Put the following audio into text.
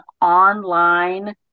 online